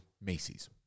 Macy's